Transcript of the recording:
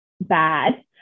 bad